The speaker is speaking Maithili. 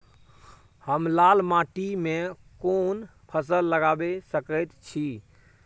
हम लाल माटी में कोन फसल लगाबै सकेत छी?